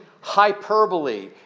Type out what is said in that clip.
hyperbole